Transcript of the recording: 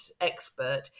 expert